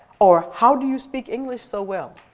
or how do you speak english so well?